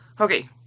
Okay